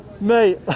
Mate